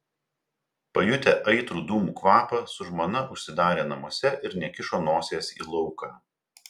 pajutę aitrų dūmų kvapą su žmona užsidarė namuose ir nekišo nosies į lauką